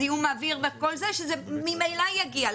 זיהום אוויר שממילא יגיעו.